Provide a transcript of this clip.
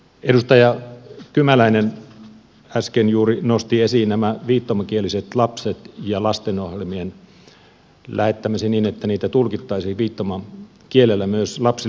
edustaja kymäläinen äsken juuri nosti esiin nämä viittomakieliset lapset ja lastenohjelmien lähettämisen niin että niitä tulkittaisiin viittomakielellä myös lapsille